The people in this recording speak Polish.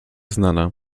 znana